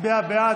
הצביע בעד.